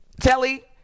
Telly